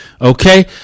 Okay